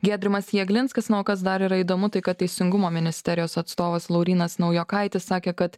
giedrimas jeglinskas na o kas dar yra įdomu tai kad teisingumo ministerijos atstovas laurynas naujokaitis sakė kad